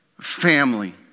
Family